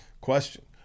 Question